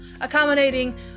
accommodating